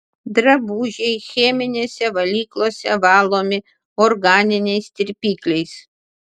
drabužiai cheminėse valyklose valomi organiniais tirpikliais